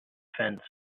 fence